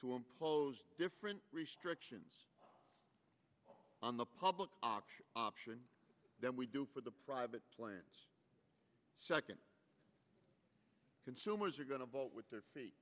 to impose different restrictions on the public option option than we do for the private plans second consumers are going to vote with their feet